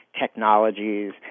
technologies